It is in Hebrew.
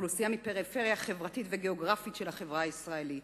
אוכלוסייה מפריפריה חברתית וגיאוגרפית של החברה הישראלית.